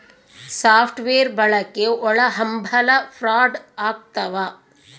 soft wear ಬಳಕೆ ಒಳಹಂಭಲ fraud ಆಗ್ತವ